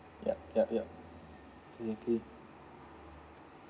ya ya ya agree agree